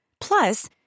Plus